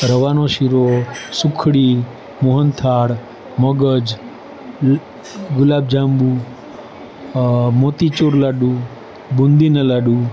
રવાનો શીરો સુખડી મોહનથાળ મગજ લ ગુલાબ જાંબુ મોતીચૂર લાડુ બુંદીના લાડુ